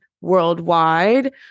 worldwide